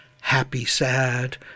happy-sad